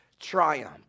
triumph